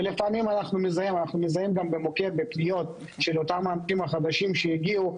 אנחנו מזהים במוקד פניות מאותם עולים חדשים שהגיעו,